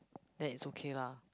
that is okay lah